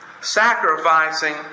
Sacrificing